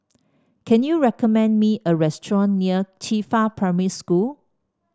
can you recommend me a restaurant near Qifa Primary School